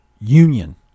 union